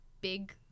big